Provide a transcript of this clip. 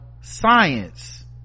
science